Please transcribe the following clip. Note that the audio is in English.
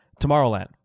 Tomorrowland